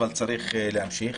אבל צריך להמשיך.